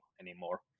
anymore